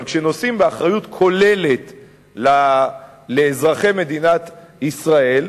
אבל כשנושאים באחריות כוללת לאזרחי מדינת ישראל,